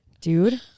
dude